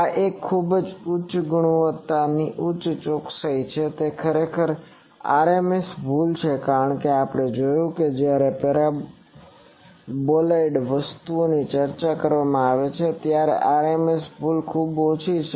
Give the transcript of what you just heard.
આ એક ખૂબ જ ઉચ્ચ ગુણવત્તાની ઉચ્ચ ચોકસાઇ છે તે ખરેખર RMS ભૂલ છે કારણ કે આપણે જોયું છે કે જ્યારે પેરાબોલાઇડ વસ્તુની ચર્ચા કરવામાં આવે છે ત્યારે RMS ભૂલ ખૂબ ઓછી છે